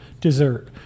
dessert